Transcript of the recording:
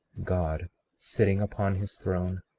god sitting upon his throne,